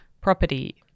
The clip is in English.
property